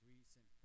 recent